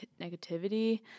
negativity